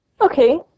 Okay